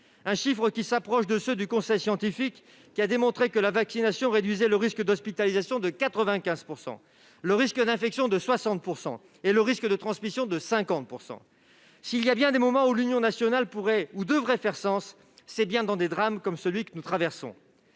40 %. Ce taux s'approche de ceux du Conseil scientifique, qui a démontré que la vaccination réduisait le risque d'hospitalisation de 95 %, le risque d'infection de 60 % et le risque de transmission de 50 %. S'il y a bien des moments où l'union nationale pourrait ou devrait faire sens, c'est bien face à des drames comme celui que nous traversons.